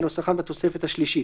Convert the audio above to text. כנוסחן בתוספת השלישית,